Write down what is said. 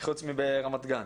חוץ מברמת גן,